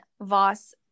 Voss